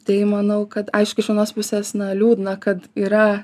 tai manau kad aišku iš vienos pusės na liūdna kad yra